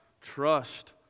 Trust